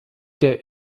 der